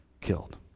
killed